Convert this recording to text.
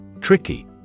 Tricky